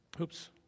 Oops